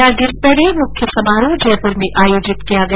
राज्यस्तरीय मुख्य समारोह जयप्र में आयोजित किया गया